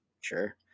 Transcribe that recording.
sure